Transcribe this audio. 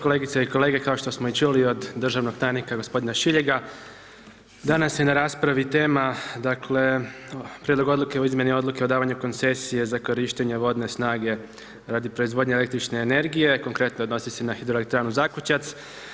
Kolegice i kolege, kao što smo i čuli od državnog tajnika gospodina Šiljega, danas je na raspravi tema, dakle, prijedlog odluke o izmjeni odluke o davanje koncesije za korištenje vodne snage radi proizvodnje električne energije, konkretno odnosi se na Hidroelektranu Zakučac.